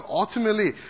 ultimately